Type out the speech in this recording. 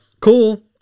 Cool